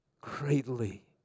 greatly